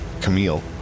Camille